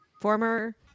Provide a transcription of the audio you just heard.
former